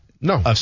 No